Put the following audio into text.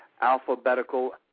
alphabetical